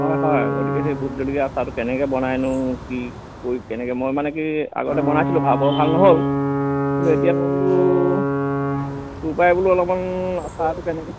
হয় হয় গতিকে সেই ভোট জলকীয়া আচাৰটো কেনেকৈ বনাইনো কি কৰি কেনেকৈ মই মানে কি আগতে বনাইছিলোঁ বাৰু বৰ ভাল নহ'ল কিন্তু এতিয়া মই বোলো তোৰ পৰাই বোলো অলপমান আচাৰটো তেনেকৈ